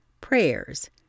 prayers